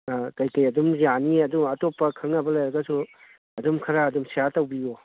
ꯀꯔꯤ ꯀꯔꯤ ꯑꯗꯨꯝ ꯌꯥꯅꯤ ꯑꯗꯨ ꯑꯇꯣꯞꯄ ꯈꯪꯅꯕ ꯂꯩꯔꯒꯁꯨ ꯑꯗꯨꯝ ꯈꯔ ꯑꯗꯨꯝ ꯁꯦꯌꯔ ꯇꯧꯕꯤꯌꯨ